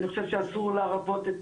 אני חושב שאסור להרפות,